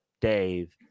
Dave